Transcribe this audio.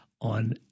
on